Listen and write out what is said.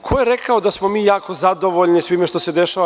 Ko je rekao da smo mi jako zadovoljni svime što se dešava.